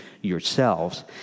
yourselves